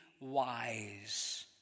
wise